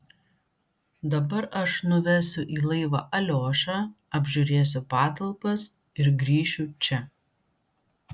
dabar aš nuvesiu į laivą aliošą apžiūrėsiu patalpas ir grįšiu čia